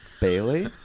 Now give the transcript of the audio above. Bailey